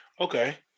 Okay